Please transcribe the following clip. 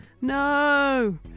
no